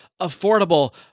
affordable